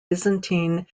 byzantine